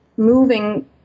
moving